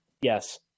Yes